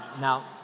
Now